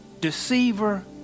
deceiver